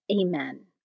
Amen